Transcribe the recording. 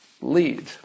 lead